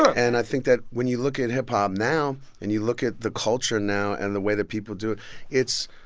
and i think that when you look at hip-hop um now and you look at the culture now and the way that people do it,